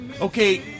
Okay